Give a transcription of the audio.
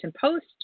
Post